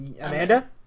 Amanda